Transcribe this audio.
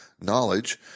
knowledge